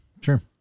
sure